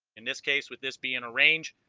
in this case with this being arranged